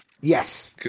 Yes